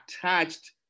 attached